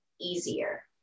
easier